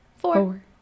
four